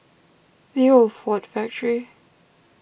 the Old Ford Factor